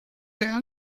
sehr